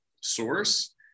source